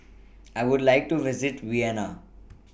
I Would like to visit Vienna